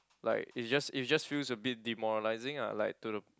like it's just it's just feels a bit demoralising ah like to the